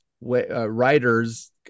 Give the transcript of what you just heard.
writers